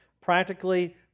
Practically